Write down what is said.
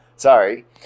Sorry